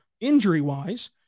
injury-wise